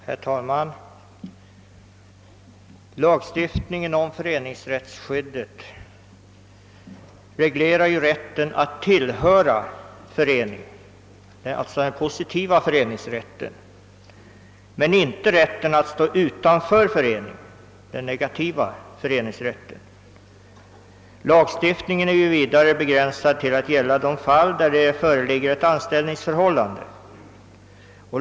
Herr talman! Lagstiftningen om föreningsrättsskyddet reglerar ju rätten att tillhöra förening, alltså den positiva föreningsrätten, men inte rätten att stå utanför förening, den negativa föreningsrätten. Lagstiftningen är vidare begränsad till att gälla de fall där det föreligger ett anställningsförhållande.